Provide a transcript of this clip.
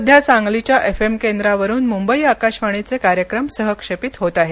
सध्या सांगलीच्या F M केंद्रावरून मुंबई आकाशवाणीचे कार्यक्रम सहक्षेपित होत आहेत